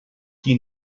qui